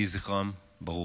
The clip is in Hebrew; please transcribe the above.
יהי זכרם ברוך.